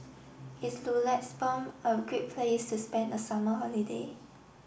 is Luxembourg a great place to spend the summer holiday